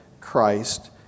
Christ